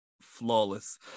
flawless